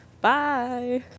Bye